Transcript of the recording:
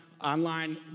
online